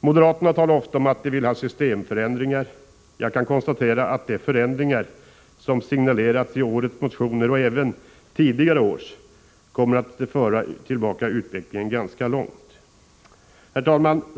Moderaterna talar ofta om att de vill ha systemförändringar. Jag kan konstatera att de förändringar som signaleras i årets motioner och även de som signalerats i tidigare års motioner skulle föra tillbaka utvecklingen ganska långt. Herr talman!